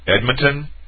Edmonton